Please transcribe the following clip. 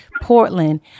Portland